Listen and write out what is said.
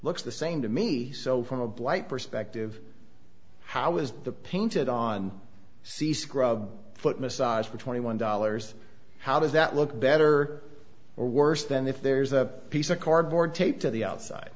looks the same to me so from a blight perspective how is the painted on see scrub foot massage for twenty one dollars how does that look better or worse than if there's a piece of cardboard taped to the outside